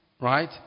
Right